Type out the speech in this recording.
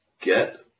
get